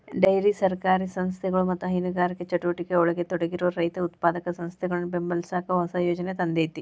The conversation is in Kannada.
ಡೈರಿ ಸಹಕಾರಿ ಸಂಸ್ಥೆಗಳು ಮತ್ತ ಹೈನುಗಾರಿಕೆ ಚಟುವಟಿಕೆಯೊಳಗ ತೊಡಗಿರೋ ರೈತ ಉತ್ಪಾದಕ ಸಂಸ್ಥೆಗಳನ್ನ ಬೆಂಬಲಸಾಕ ಹೊಸ ಯೋಜನೆ ತಂದೇತಿ